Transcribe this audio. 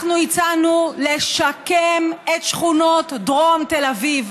אנחנו הצענו לשקם את שכונות דרום תל אביב,